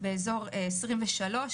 באזור 2023,